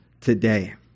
today